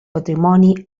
patrimoni